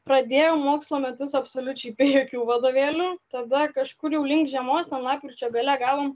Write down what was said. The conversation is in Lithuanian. pradėjom mokslo metus absoliučiai be jokių vadovėlių tada kažkur jau link žiemos nuo lapkričio gale gavom